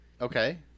Okay